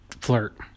flirt